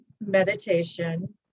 meditation